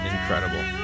Incredible